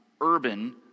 urban